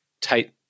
tight